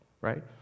right